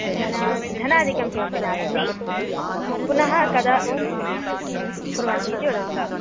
धना धनादिकं किमपि नास्ति पुनः कदा कुर्वन्ति इति वदन्तु तावदेव